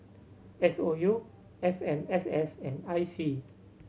S O U F M S S and I C